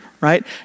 right